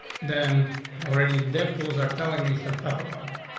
then already deaf tools are telling me some stuff about them.